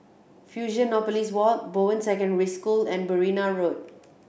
Fusionopolis Walk Bowen Secondary School and Berrima Road